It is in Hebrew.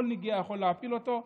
כל נגיעה יכולה להפיל אותו.